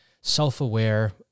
self-aware